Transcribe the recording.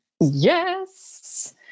Yes